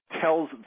tells